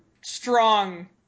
strong